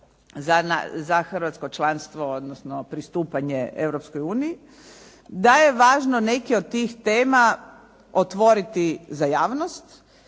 za hrvatsko članstvo odnosno pristupanje Europskoj uniji, da je važno neke od tih tema otvoriti za javnost